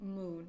moon